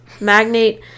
magnate